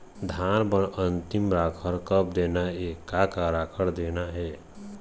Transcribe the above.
धान बर अन्तिम राखर कब देना हे, का का राखर देना हे?